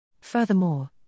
Furthermore